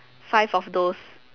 five of those